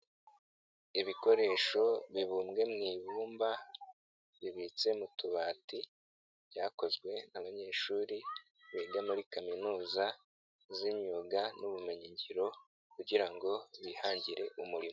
Ibikoresho bibumbwe mu ibumba bibitse mu tubati byakozwe n'abanyeshuri biga muri kaminuza z'imyuga n'ubumenyingiro kugira ngo bihangire umurimo.